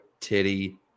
titty